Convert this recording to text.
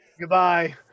goodbye